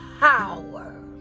power